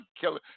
killing